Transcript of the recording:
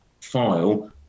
file